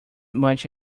much